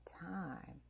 time